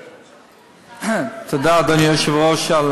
תודה, אדוני היושב-ראש, על